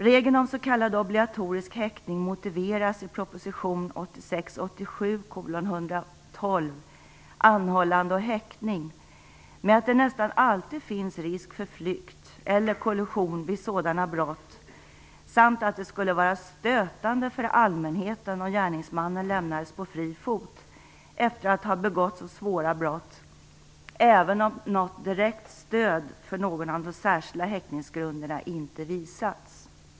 Regeln om s.k. obligatorisk häktning motiveras i proposition 1986/87:112, Anhållande och häktning, med att det nästan alltid finns risk för flykt eller kollusion vid sådana brott samt att det skulle vara stötande för allmänheten om gärningsmannen lämnades på fri fot efter att ha begått så svåra brott, även om något direkt stöd för någon av de särskilda häktningsgrunderna inte visats.